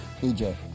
EJ